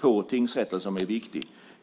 på tingsrätten viktig.